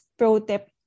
pro-tip